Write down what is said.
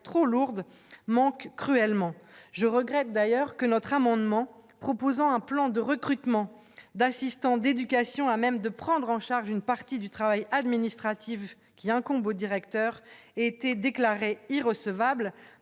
trop lourdes, manque cruellement, je regrette d'ailleurs que notre amendement proposant un plan de recrutement d'assistants d'éducation à même de prendre en charge une partie du travail administratif qui incombe au directeur était déclarée irrecevable,